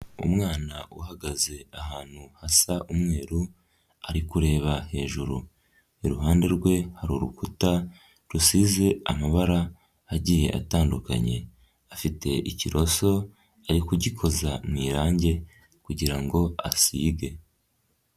Umwana uhagaze ahantu hasa umweru ari kureba hejuru, iruhande rwe hari urukuta rusize amabara agiye atandukanye, afite ikiroso ari kugikoza mu irangi kugirango asige.